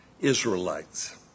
Israelites